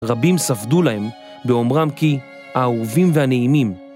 רבים ספדו להם, באומרם כי האהובים והנעימים.